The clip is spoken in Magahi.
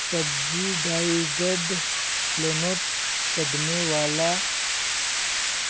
सब्सिडाइज्ड लोनोत पढ़ने वाला